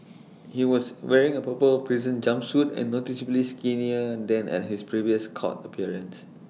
he was wearing A purple prison jumpsuit and noticeably skinnier than at his previous court appearance